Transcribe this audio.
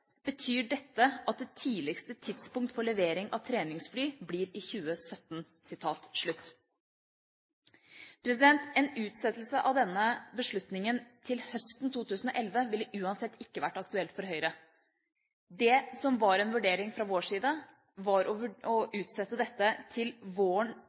betyr dette at det tidligste tidspunkt for levering av treningsfly blir i 2017.» En utsettelse av denne beslutningen til høsten 2011 ville uansett ikke vært aktuelt for Høyre. Det som var en vurdering fra vår side, var å utsette dette til våren